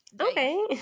okay